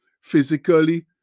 physically